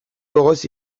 gogoz